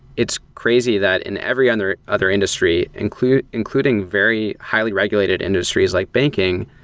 it's crazy that in every other other industry, including including very highly regulated industries like banking,